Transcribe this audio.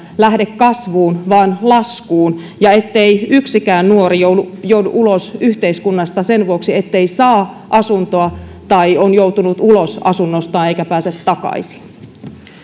lähde kasvuun vaan laskuun ja ettei yksikään nuori joudu joudu ulos yhteiskunnasta sen vuoksi ettei saa asuntoa tai on joutunut ulos asunnostaan eikä pääse takaisin